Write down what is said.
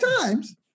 times